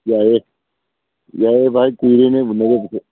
ꯌꯥꯏꯌꯦ ꯌꯥꯏꯌꯦ ꯚꯥꯏ ꯀꯨꯏꯔꯦꯅꯦ ꯎꯅꯗꯕꯁꯨ